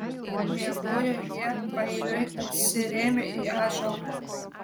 miegojo jie paeiliui atsirėmę į ąžuolą